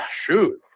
shoot